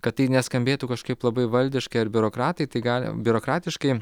kad tai neskambėtų kažkaip labai valdiškai ar biurokratai tai gal biurokratiškai